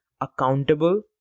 accountable